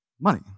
money